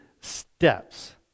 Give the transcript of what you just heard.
steps